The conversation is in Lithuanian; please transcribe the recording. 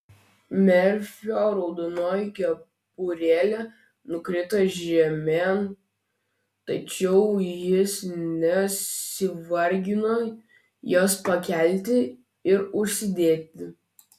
merfio raudonoji kepurėlė nukrito žemėn tačiau jis nesivargino jos pakelti ir užsidėti